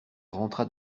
rentra